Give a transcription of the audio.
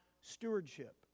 stewardship